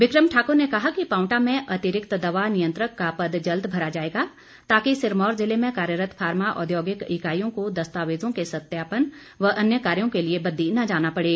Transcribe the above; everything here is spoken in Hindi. विक्रम ठाकुर ने कहा कि पावंटा में अतिरिक्त दवा नियंत्रक का पद जल्द भरा जाएगा ताकि सिरमौर जिले में कार्यरत फार्मा औद्योगिक इकाईयों को दस्तावेजों के सत्यापन व अन्य कार्यों के लिए बददी न जाना पड़े